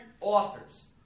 authors